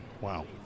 Wow